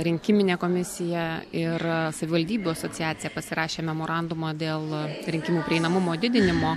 rinkiminė komisija ir savivaldybių asociacija pasirašė memorandumą dėl rinkimų prieinamumo didinimo